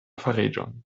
fariĝojn